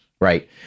right